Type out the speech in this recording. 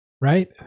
right